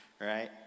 Right